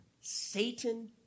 Satan